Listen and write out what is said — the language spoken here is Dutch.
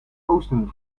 oosten